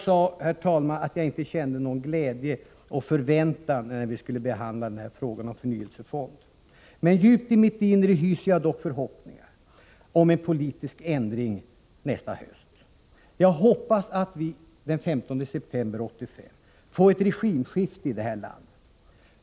Jag sade att jag inte kände någon glädje och förväntan när vi skulle behandla frågan om att införa förnyelsefonder. Djupt i mitt inre hyser jag dock förhoppningar om en politisk ändring nästa höst. Jag hoppas att vi den 15 september 1985 får ett regimskifte här i landet.